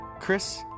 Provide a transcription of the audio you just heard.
Chris